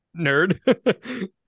Nerd